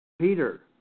Peter